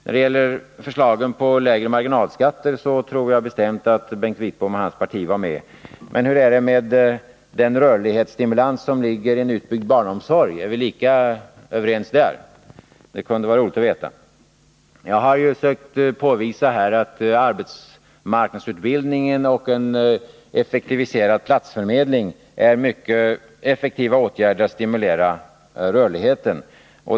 När det gäller förslagen om lägre marginalskatter har jag den bestämda uppfattningen att Bengt Wittbom och hans parti var med. Men hur är det med den rörlighetsstimulans som ligger i en utbyggd barnomsorg? Är vi lika överens på den punkten? Det kunde vara intressant att få veta det. Jag har här sökt påvisa att arbetsmarknadsutbildningen och en effektiviserad platsförmedling är mycket effektiva åtgärder när det gäller att stimulera rörligheten.